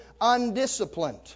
undisciplined